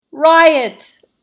Riot